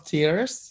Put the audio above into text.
Tears